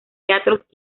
teatros